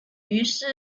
于是